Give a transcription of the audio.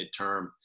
midterm